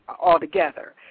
altogether